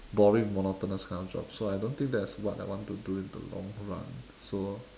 boring monotonous kind of job so I don't think that's what I want to do in the long run so